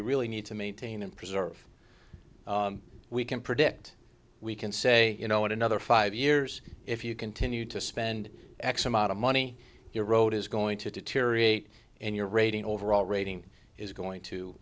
you really need to maintain and preserve we can predict we can say you know in another five years if you continue to spend x amount of money your road is going to deteriorate and your rating overall rating is going to